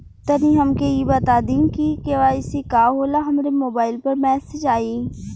तनि हमके इ बता दीं की के.वाइ.सी का होला हमरे मोबाइल पर मैसेज आई?